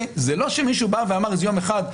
זה לא שמישהו בא ואמר יום אחד,